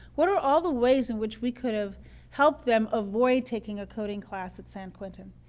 what are all the ways in which we could have helped them avoid taking a coding class at san quentin?